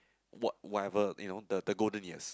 whatever you know the the golden years